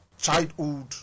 childhood